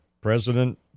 President